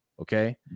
Okay